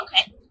Okay